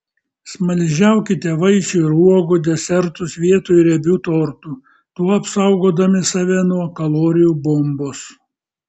smaližiaukite vaisių ir uogų desertus vietoj riebių tortų tuo apsaugodami save nuo kalorijų bombos